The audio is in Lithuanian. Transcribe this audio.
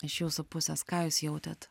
iš jūsų pusės ką jūs jautėt